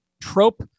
trope